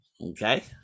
Okay